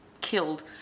killed